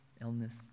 illness